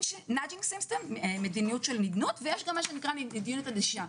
system מדיניות של נדנוד ויש גם מה שנקרא מדיניות ענישה.